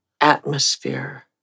atmosphere